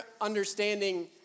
understanding